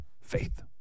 Faith